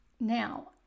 Now